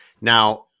now